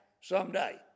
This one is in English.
someday